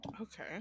Okay